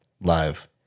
live